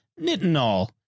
nitinol